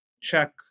check